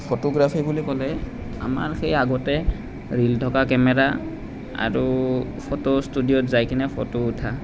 photography বুলি ক'লে আমাৰ সেই আগতে ৰীল থকা কেমেৰা আৰু ফটো ষ্টুডিঅ'ত যাই কিনে ফটো উঠা